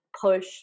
push